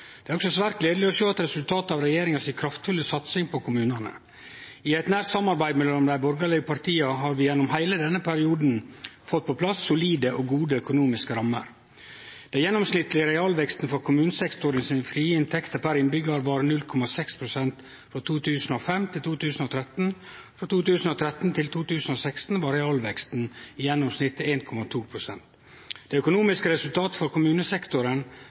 Det er også svært gledeleg å sjå resultatet av regjeringa si kraftfulle satsing på kommunane. I eit nært samarbeid mellom dei borgarlege partia har vi gjennom heile denne perioden fått på plass solide og gode økonomiske rammer. Den gjennomsnittlege realveksten for kommunesektoren sine frie inntekter per innbyggjar var 0,6 pst. frå 2005 til 2013. Frå 2013 til 2016 var realveksten i gjennomsnitt 1,2 pst. Det økonomiske resultatet for kommunesektoren